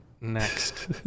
next